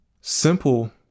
Simple